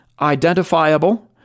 identifiable